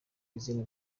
izindi